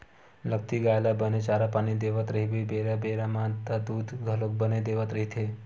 लगती गाय ल बने चारा पानी देवत रहिबे बेरा बेरा म त दूद घलोक बने देवत रहिथे